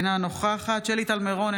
אינה נוכחת שלי טל מירון,